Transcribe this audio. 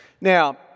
Now